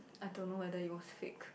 I don't know whether it was fake